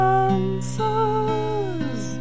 answers